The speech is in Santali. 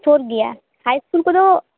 ᱥᱳᱨ ᱜᱮᱭᱟ ᱦᱟᱭ ᱤᱥᱠᱩᱞ ᱠᱚᱫᱚ